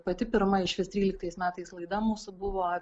pati pirma išvis tryliktais metais laida mūsų buvo